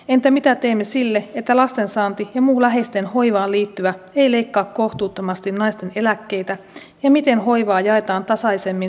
entä mitä teemme sille että lasten saanti ja muu läheisten hoivaan liittyvä ei leikkaa kohtuuttomasti naisten eläkkeitä ja miten hoivaa jaetaan tasaisemmin sukupuolten kesken